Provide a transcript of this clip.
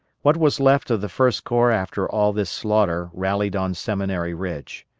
what was left of the first corps after all this slaughter rallied on seminary ridge.